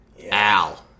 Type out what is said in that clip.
Al